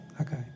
Okay